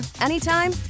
anytime